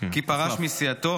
כי פרש מסיעתו,